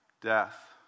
Death